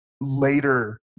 later